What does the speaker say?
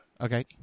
Okay